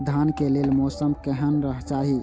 धान के लेल मौसम केहन चाहि?